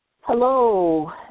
Hello